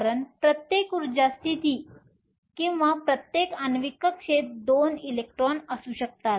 कारण प्रत्येक ऊर्जा स्थिती किंवा प्रत्येक आण्विक कक्षेत 2 इलेक्ट्रॉन असू शकतात